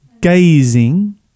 gazing